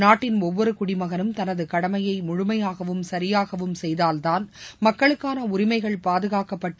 நாட்டின் ஒவ்வொரு குடிமகனும் தனது கடமையை முழுமையாகவும் சரியாகவும் செய்தால்தான் மக்களுக்கான உரிமைகள் பாதுகாக்கப்பட்டு